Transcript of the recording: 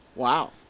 Wow